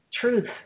truth